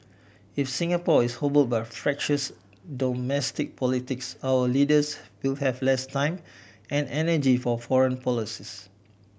if Singapore is hobble by fractious domestic politics our leaders will have less time and energy for foreign policies